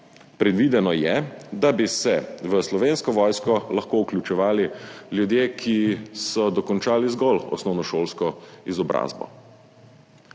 Predvideno je, da bi se v Slovensko vojsko lahko vključevali ljudje, ki so dokončali zgolj osnovnošolsko izobrazbo.